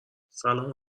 سلام